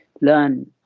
learn